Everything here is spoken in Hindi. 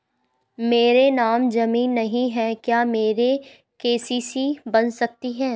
मेरे नाम ज़मीन नहीं है क्या मेरी के.सी.सी बन सकती है?